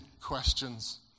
questions